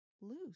loose